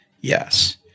Yes